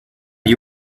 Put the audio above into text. you